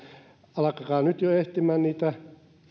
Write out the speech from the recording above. alkakaa nyt jo etsimään niitä